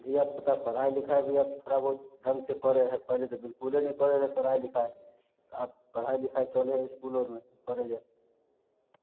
धियापुता पढ़ाइ लिखाइ भी आब थोड़ा बहुत ढङ्गसँ करय हइ पहिले तऽ बिलकुले नहि करय रहय पढ़ाइ लिखाइ आब पढ़ाइ लिखाइ चलै हइ इसकुलोमे पढ़य जाइ